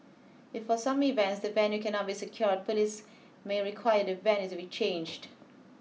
if for some events the venue cannot be secured police may require the venue to be changed